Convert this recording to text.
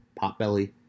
Potbelly